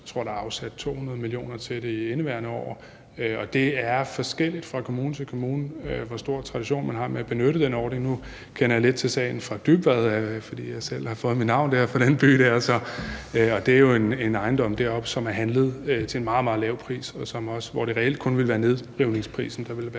Jeg tror, der er afsat 200 mio. kr. til det i indeværende år, og det er forskelligt fra kommune til kommune, hvor stor en tradition man har med at benytte den ordning. Nu kender jeg lidt til sagen fra Dybvad, fordi jeg selv har fået mit navn fra den by der, og det er jo en ejendom deroppe, som er handlet til en meget, meget lav pris, og hvor der reelt kun vil være nedrivningsprisen,